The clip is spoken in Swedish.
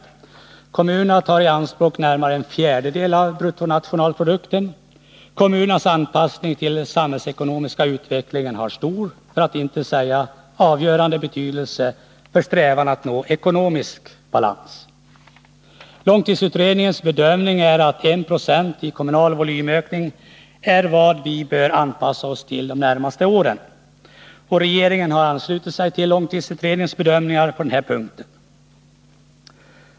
Kommunerna tar i anspråk närmare en fjärdedel av bruttonationalprodukten. Kommunernas anpassning till den samhällseko nomiska utvecklingen har stor, för att inte säga avgörande, betydelse för strävan att nå ekonomisk balans. Långtidsutredningens bedömning är att 1 96 i kommunal volymökning är vad vi bör anpassa oss till de närmaste åren. Regeringen har anslutit sig till långtidsutredningens bedömningar på denna punkt.